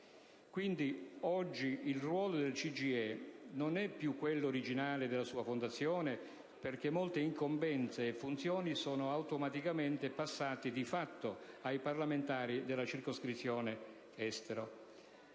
Quindi, oggi il ruolo del CGIE non è più quello originario, che risale alla sua fondazione, perché molte incombenze e funzioni sono automaticamente passate di fatto ai parlamentari della circoscrizione Estero.